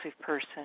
person